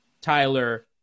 Tyler